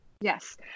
Yes